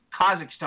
Kazakhstan